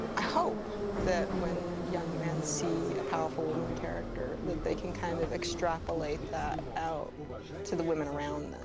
i hope that when young men see a powerful woman character that they can kind of extrapolate that out to the women around them,